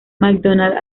macdonald